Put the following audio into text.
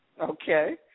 Okay